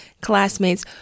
classmates